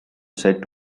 said